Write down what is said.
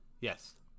Yes